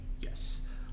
Yes